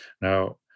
Now